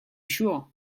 sure